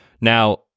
now